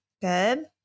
good